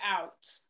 out